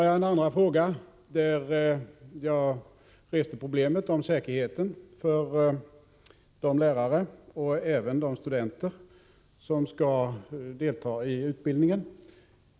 I en andra fråga reste jag problemet om säkerheten för de lärare och även för de studenter som skall delta i utbildningen.